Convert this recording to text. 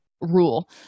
rule